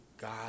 God